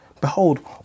Behold